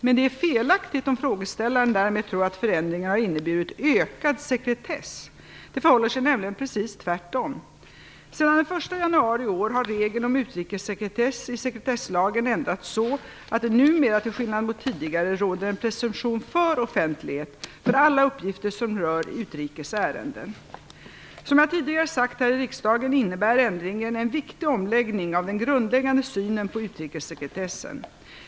Men det är felaktigt om frågeställaren därmed tror att förändringen har inneburit ökad sekretess. Det förhåller sig nämligen precis tvärtom. Sedan den 1 januari i år har regeln om utrikessekretess i sekretesslagen ändrats så att det numera, till skillnad mot tidigare, råder en presumtion för offentlighet för alla uppgifter som rör utrikes ärenden. Som jag tidigare sagt här i riksdagen innebär ändringen en viktig omläggning av den grundläggande synen på utrikessekretessen.